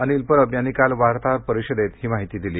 अनिल परब यांनी काल वार्ताहर परिषदेत ही माहिती दिली